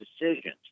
decisions